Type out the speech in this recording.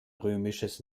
römisches